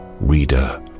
Reader